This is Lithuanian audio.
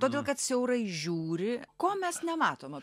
todėl kad siaurai žiūri ko mes nematom